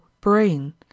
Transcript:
brain